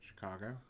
Chicago